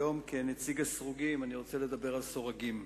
היום, כנציג הסרוגים, אני רוצה לדבר על סורגים,